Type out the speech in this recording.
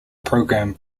program